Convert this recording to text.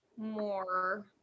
more